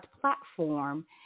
platform